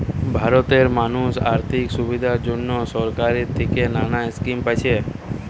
ভারতের মানুষ আর্থিক সুবিধার জন্যে সরকার থিকে নানা স্কিম পাচ্ছে